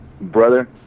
brother